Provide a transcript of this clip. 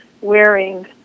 wearing